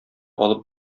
алып